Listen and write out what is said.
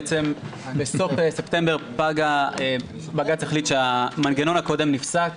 בעצם בסוף ספטמבר בג"ץ החליט שהמנגנון הקודם נפסק.